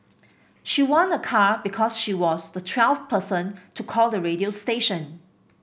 she won a car because she was the twelfth person to call the radio station